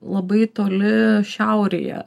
labai toli šiaurėje